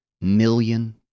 million